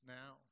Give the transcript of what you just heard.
now